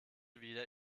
wieder